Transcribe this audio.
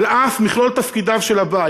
על אף מכלול תפקידיו של הבית,